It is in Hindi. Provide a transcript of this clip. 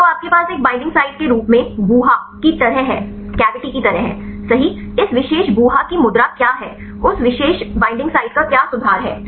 तो आपके पास एक बईंडिंग साइट के रूप में गुहा की तरह है सही इस विशेष गुहा की मुद्रा क्या है उस विशेष बईंडिंग साइट का क्या सुधार है